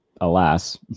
alas